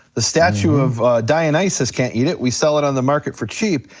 the statue of dionysus can't eat it, we sell it on the market for cheap.